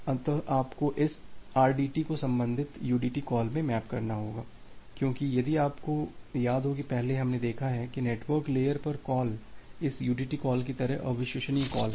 अतः आपको इस rdt को संबंधित udt कॉल में मैप करना होगा क्योंकि यदि आपको याद हो कि पहले हमने देखा है कि नेटवर्क लेयर पर कॉल इस udt कॉल की तरह अविश्वसनीय कॉल हैं